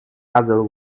other